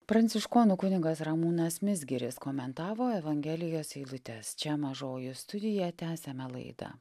pranciškonų kunigas ramūnas mizgiris komentavo evangelijos eilutes čia mažoji studija tęsiame laidą